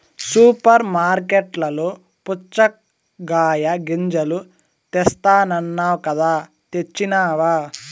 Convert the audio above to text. super మార్కట్లలో పుచ్చగాయ గింజలు తెస్తానన్నావ్ కదా తెచ్చినావ